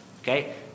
Okay